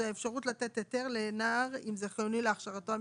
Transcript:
זו האפשרות לתת היתר לנער אם זה חיוני להכשרתו המקצועית.